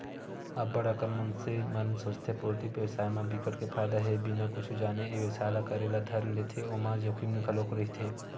अब्ब्ड़ अकन मनसे मन सोचथे पोल्टी बेवसाय म बिकट के फायदा हे बिना कुछु जाने ए बेवसाय ल करे ल धर लेथे ओमा जोखिम घलोक रहिथे